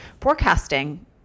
Forecasting